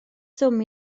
swm